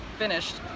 Finished